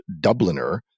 Dubliner